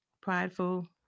Prideful